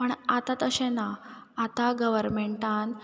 पण आतां तशें ना आतां गवरमेंटान